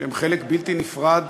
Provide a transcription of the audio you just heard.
שהם חלק בלתי נפרד